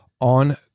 on